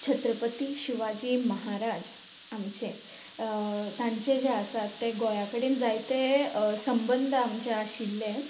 छत्रपती शिवाजी महाराज आमचें तांचे जे आसा ते गोंया कडेन जायते संबंद आमचें आशिल्लें